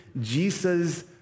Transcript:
Jesus